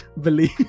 believe